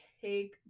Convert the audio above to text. take